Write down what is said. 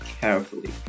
carefully